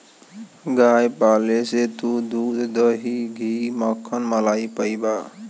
गाय पाले से तू दूध, दही, घी, मक्खन, मलाई पइबा